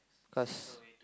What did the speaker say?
cause